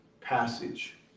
passage